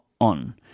on